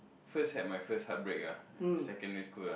first had my first heartbreak ah ya secondary school la